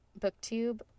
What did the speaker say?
booktube